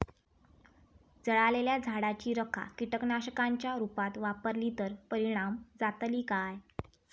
जळालेल्या झाडाची रखा कीटकनाशकांच्या रुपात वापरली तर परिणाम जातली काय?